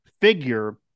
figure